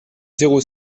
zéro